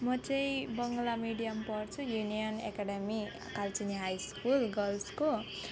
म चाहिँ बङ्ला मिडियम पढ्छु union academy Kalchini high school गर्ल्सको